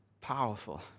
Powerful